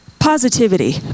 Positivity